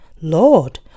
Lord